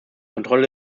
kontrolle